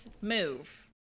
move